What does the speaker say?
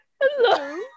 Hello